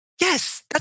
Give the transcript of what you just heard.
Yes